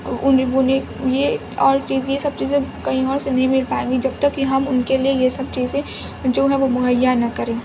انہیں یہ اور اس چیز یہ سب چیزیں کہیں اور سے نہیں مل پائیں گی جب تک کہ ہم ان کے لیے یہ سب چیزیں جو ہے وہ مہیا نہ کریں